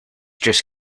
just